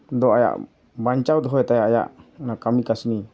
ᱫᱚ ᱟᱭᱟᱜ ᱵᱟᱧᱪᱟᱣ ᱫᱚᱦᱚᱭ ᱛᱟᱭᱟ ᱟᱭᱟᱜ ᱱᱚᱣᱟ ᱠᱟᱹᱢᱤ ᱠᱟᱹᱥᱱᱤ